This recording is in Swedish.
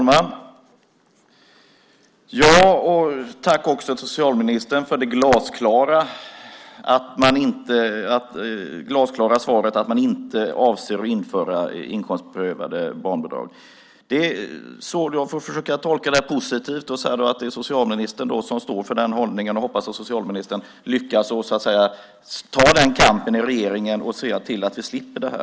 Fru talman! Tack, socialministern, för det glasklara svaret att man inte avser att införa inkomstprövade barnbidrag. Jag får försöka att tolka det positivt och säga att det är socialministern som står för den hållningen. Jag hoppas att socialministern lyckas ta den kampen i regeringen och se till att vi slipper detta.